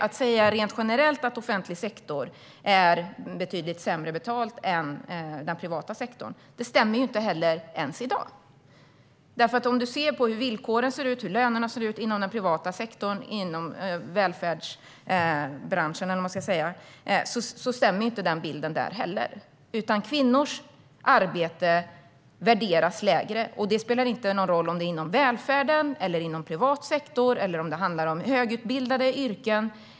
Att säga rent generellt att man får betydligt sämre betalt inom den offentliga sektorn än inom den privata sektorn stämmer inte ens i dag. Se på hur villkoren ser ut och hur lönerna ser ut inom den privata sektorn inom välfärdsbranscherna. Bilden stämmer inte där heller. Kvinnors arbete värderas lägre. Det spelar inte någon roll om det är inom välfärd, inom privat sektor eller om det handlar om yrken där det krävs hög utbildning.